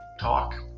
talk